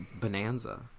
bonanza